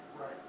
right